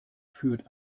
führt